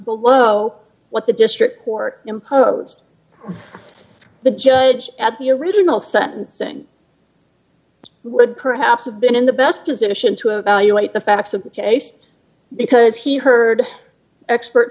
below what the district court imposed the judge at the original sentencing would perhaps have been in the best position to evaluate the facts of the case because he heard expert